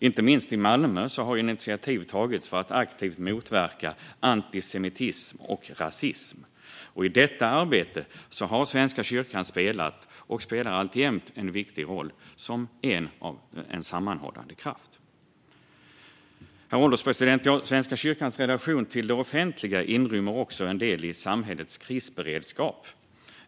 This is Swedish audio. Inte minst i Malmö har initiativ tagits för att aktivt motverka antisemitism och rasism. I detta arbete har Svenska kyrkan spelat och spelar alltjämt en viktig roll som en sammanhållande kraft. Herr ålderspresident! Svenska kyrkans relation till det offentliga inrymmer också en del i samhällets krisberedskap.